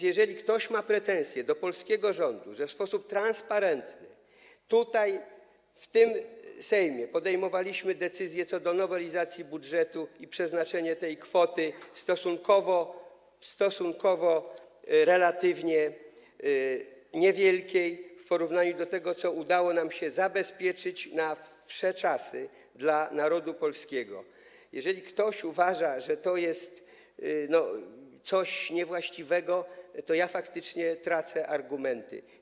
Jeżeli ktoś ma pretensję do polskiego rządu, że w sposób transparentny tutaj, w tym Sejmie, podejmowaliśmy decyzję co do nowelizacji budżetu i przeznaczenia tej kwoty, stosunkowo, relatywnie niewielkiej w porównaniu do tego, co udało nam się zabezpieczyć po wsze czasy dla narodu polskiego, jeżeli ktoś uważa, że to jest coś niewłaściwego, to ja faktycznie tracę argumenty.